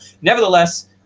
nevertheless